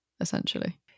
essentially